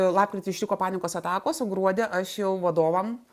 lapkritį ištiko panikos atakos o gruodį aš jau vadovam